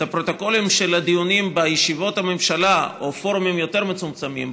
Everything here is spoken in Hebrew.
את הפרוטוקולים של הדיונים בישיבות הממשלה או בפורומים יותר מצומצמים,